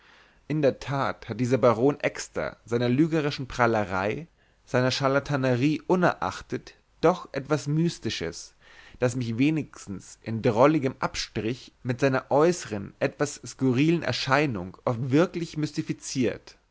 in der tat hat dieser baron exter seiner lügnerischen prahlerei seiner charlatanerie unerachtet doch etwas mystisches das mich wenigstens in drolligem abstich mit seiner äußern etwas skurrilen erscheinung oft wirklich mystifiziert